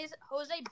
Jose